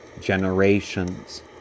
generations